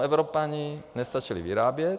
Evropané nestačili vyrábět.